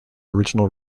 original